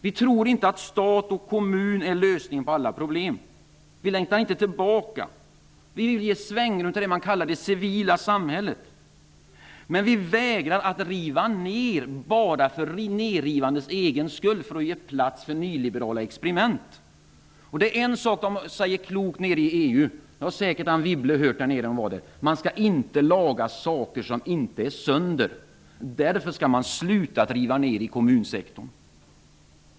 Vi tror inte att stat och kommun är lösningen på alla problem. Vi längtar inte tillbaka. Vi vill ge svängrum för det man kallar det civila samhället. Men vi vägrar att riva ned bara för nedrivandets egen skull för att ge plats för nyliberala experiment. Det finns en sak som sägs i EU som är ganska klok -- det hörde säkert Anne Wibble när hon var i Bryssel --, nämligen att man inte skall laga saker som inte är sönder. Därför skall man sluta riva ned i kommunsektorn.